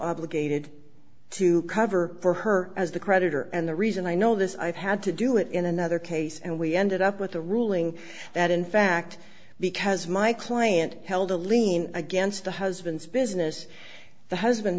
obligated to cover for her as the creditor and the reason i know this i've had to do it in another case and we ended up with a ruling that in fact because my client held a lien against the husband's business the husband